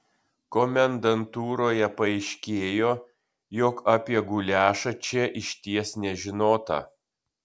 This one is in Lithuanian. komendantūroje paaiškėjo jog apie guliašą čia išties nežinota